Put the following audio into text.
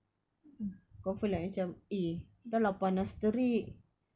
mm confirm like macam dah lah panas terik